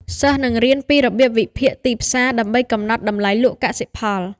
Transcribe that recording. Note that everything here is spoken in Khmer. សិស្សនឹងរៀនពីរបៀបវិភាគទីផ្សារដើម្បីកំណត់តម្លៃលក់កសិផល។